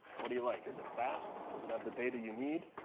what do you like? is it fast? does it have the data you need?